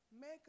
Make